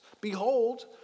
Behold